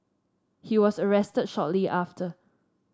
he was arrested shortly after